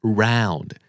round